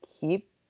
keep